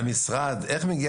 מגיע